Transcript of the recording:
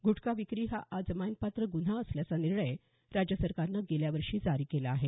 गुटखा विक्री हा अजामीनपात्र गुन्हा असल्याचा निर्णय राज्य सरकारनं गेल्या वर्षी जारी केला आहे